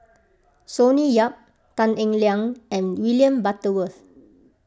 Sonny Yap Tan Eng Liang and William Butterworth